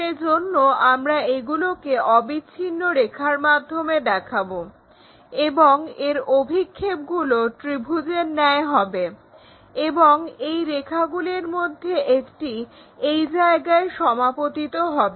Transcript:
সেজন্য আমরা এইগুলোকে অবিচ্ছিন্ন রেখার মাধ্যমে দেখাবো এবং এর অভিক্ষেপগুলো ত্রিভুজের ন্যায় হবে এবং এই রেখাগুলির মধ্যে একটি এই জায়গায় সমাপতিত হবে